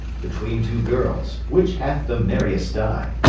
between two girles, which hath the merryest eye,